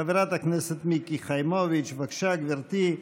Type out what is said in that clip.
חברת הכנסת מיקי חיימוביץ', בבקשה, גברתי,